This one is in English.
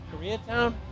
Koreatown